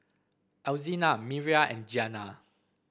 Alzina Miriah and Giana